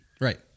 right